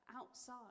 outside